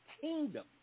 kingdom